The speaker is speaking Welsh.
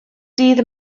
dydd